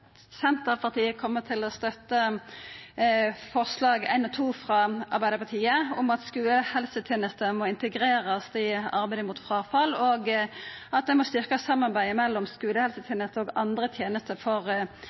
Senterpartiet kjem til å støtta forslaga nr. 1 og 2, frå Arbeidarpartiet, om at skulehelsetenesta må integrerast i arbeidet mot fråfall, og at ein må styrkja samarbeidet mellom skulehelsetenesta og andre tenester for